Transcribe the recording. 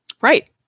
right